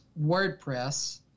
WordPress